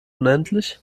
unendlich